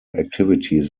activities